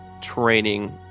training